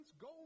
go